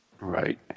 Right